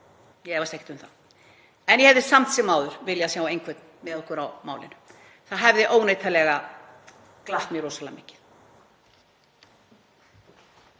Ég efast ekkert um það. Ég hefði samt sem áður viljað sjá einhvern með okkur á málinu. Það hefði óneitanlega glatt mig rosalega mikið.